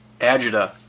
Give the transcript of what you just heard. agita